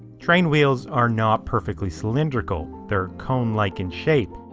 train wheels are not perfectly cylindrical, they're cone-like in shape.